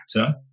actor